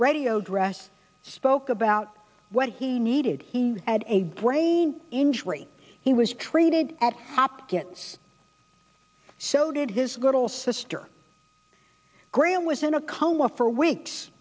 radio address spoke about what he needed had a brain injury he was treated at hopkins so did his little sister graham was in a coma for weeks